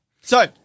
So-